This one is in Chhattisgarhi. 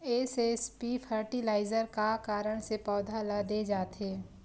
एस.एस.पी फर्टिलाइजर का कारण से पौधा ल दे जाथे?